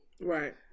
Right